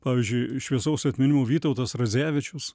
pavyzdžiui šviesaus atminimo vytautas radzevičius